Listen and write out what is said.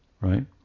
right